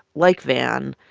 like van,